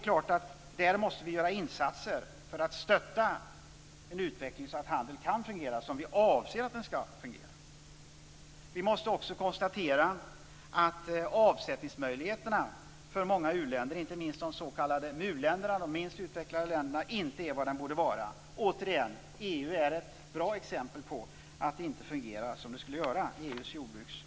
Här måste det ske insatser för att stötta en utveckling så att handeln kan fungera så som vi avser att den skall fungera. Vi måste också konstatera att avsättningsmöjligheterna för många u-länder, inte minst de s.k. MU länderna, de minst utvecklade länderna, inte är vad de borde vara. EU är ett bra exempel på att jordbruksoch tekopolitiken inte fungerar.